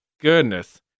goodness